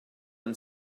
and